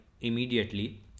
immediately